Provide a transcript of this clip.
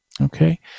okay